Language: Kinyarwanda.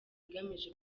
igamije